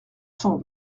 cent